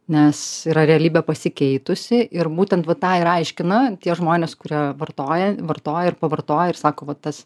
nes yra realybė pasikeitusi ir būtent vat tą ir aiškina tie žmonės kurie vartoja vartoja ir pavartoja ir sako va tas